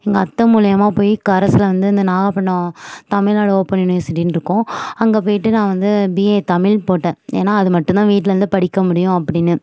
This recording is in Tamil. எங்கள் அத்தை மூலியமாக போய் கரஸில் வந்து இந்த நாகப்பட்டினம் தமிழ்நாடு ஓபன் யுனிவர்சிட்டின்னு இருக்கும் அங்கே போயிவிட்டு நான் வந்து பிஏ தமில் போட்டேன் ஏன்னா அது மட்டும்தான் வீட்டில இருந்து படிக்க முடியும் அப்படின்னு